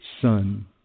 Son